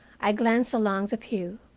i glanced along the pew.